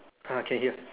ah can hear